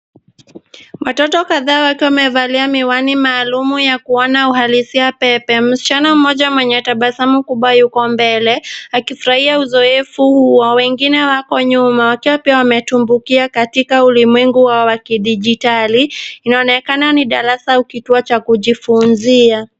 Watoto kadhaa wakiwa wamevalia miwani maalum ya kuona uhalisia pepe, msichana mmoja mwenye tabasamu kubwa yuko mbele akifurahia uzoefu wa wengine wako nyuma wakiwa pia wametumbukia katika ulimwengu wa kidijitali, inaonekana ni darasa au kituo cha kujifunzia.